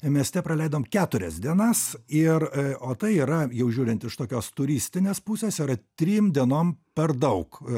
mieste praleidom keturias dienas ir o tai yra jau žiūrint iš tokios turistinės pusės yra trim dienom per daug